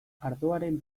ardoaren